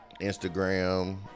instagram